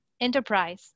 enterprise